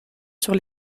sur